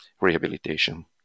rehabilitation